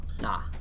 Nah